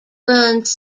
runs